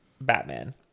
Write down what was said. Batman